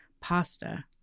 pasta